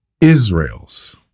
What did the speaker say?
Israel's